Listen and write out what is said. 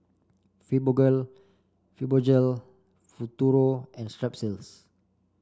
Fibogol Fibogel Futuro and Strepsils